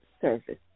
service